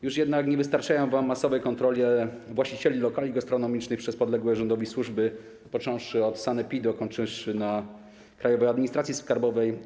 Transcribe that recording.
Już jednak nie wystarczają wam masowe kontrole właścicieli lokali gastronomicznych przez podległe rządowi służby, począwszy od sanepidu, a skończywszy na Krajowej Administracji Skarbowej.